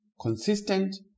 consistent